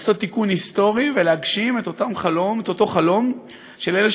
לעשות תיקון היסטורי ולהגשים את אותו חלום של אלה